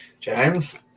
James